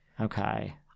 Okay